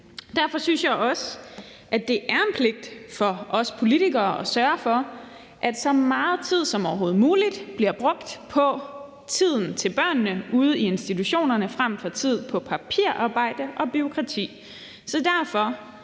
Derfor synes jeg også, at det er en pligt for os politikere at sørge for, at så meget som overhovedet muligt af tiden bliver brugt på børnene ude i institutionerne frem for på papirarbejde og bureaukrati.